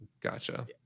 gotcha